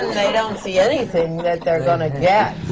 they don't see anything that they're gonna get,